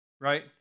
right